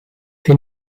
hij